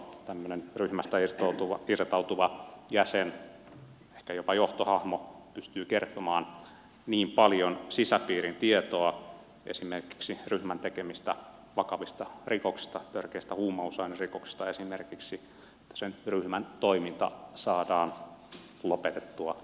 tämmöinen ryhmästä irtautuva jäsen ehkä jopa johtohahmo pystyy kertomaan niin paljon sisäpiirin tietoa esimerkiksi ryhmän tekemistä vakavista rikoksista esimerkiksi törkeistä huumausainerikoksista että sen ryhmän toiminta saadaan lopetettua ja tuhottua